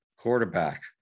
Quarterback